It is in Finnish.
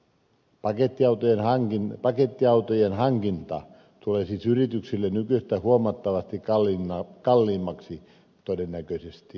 pakettiautojen hankinta tulee siis yrityksille nykyistä huomattavasti kalliimmaksi todennäköisesti